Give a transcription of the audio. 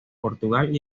portugal